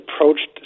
approached